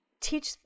teach